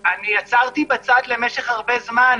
עצרתי בצד למשך הרבה זמן,